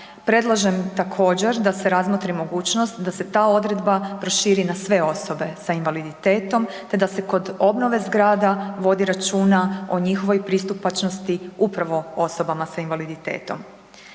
Predlažem također da se razmotri mogućnost da se ta odredba proširi na sve osobe sa invaliditetom, te da se kod obnove zgrada vodi računa o njihovoj pristupačnosti upravo osobama sa invaliditetom.